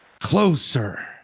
Closer